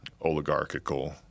oligarchical